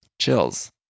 Chills